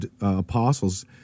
apostles